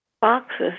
boxes